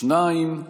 שניים.